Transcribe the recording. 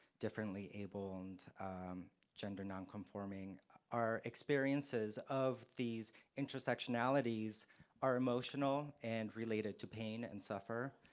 differently-abled, and gender non-conforming. our experiences of these intersectionalities are emotional and related to pain and suffer,